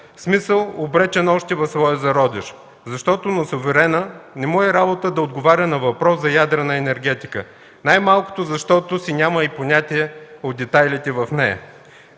смисъл обречен е още в своя зародиш, защото на суверена не му е работа да отговаря на въпрос за ядрена енергетика, най-малкото защото си няма и понятие от детайлите в нея.